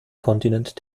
kontinent